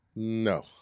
no